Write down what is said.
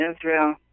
Israel